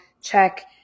check